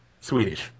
Swedish